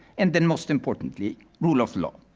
and then, most importantly, rule of law.